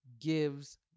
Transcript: gives